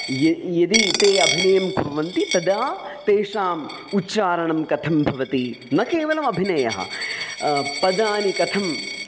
य यदि ते अभिनयं कुर्वन्ति तदा तेषाम् उच्चारणं कथं भवति न केवलमभिनयः पदानि कथम्